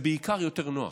בעיקר כי זה יותר נוח.